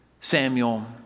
Samuel